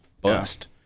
bust